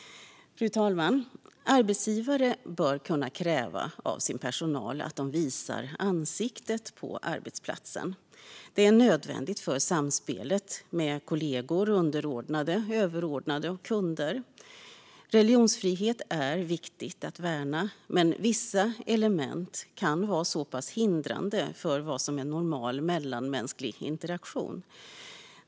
Fru talman! Arbetsgivare bör kunna kräva av sin personal att de visar ansiktet på arbetsplatsen. Det är nödvändigt för samspelet med kollegor, underordnade, överordnade och kunder. Religionsfrihet är viktigt att värna, men vissa element kan vara hindrande för vad som är normal mellanmänsklig interaktion.